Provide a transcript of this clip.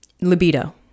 libido